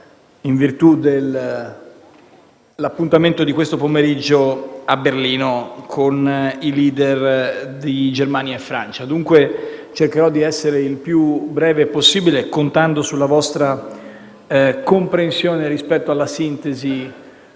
in virtù dell'incontro di questo pomeriggio a Berlino con i *leader* di Germania e Francia. Dunque cercherò di essere il più breve possibile, contando sulla vostra comprensione rispetto alla sintesi